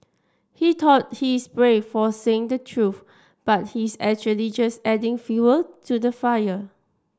he thought he is brave for saying the truth but he is actually just adding fuel to the fire